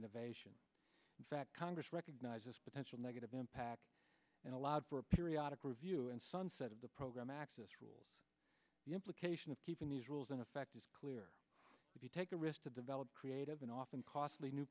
innovation in fact congress recognizes potential negative impact and allowed for a periodic review and sunset of the program access rules the implication of keeping these rules in effect is clear if you take a risk to develop creative and often costly new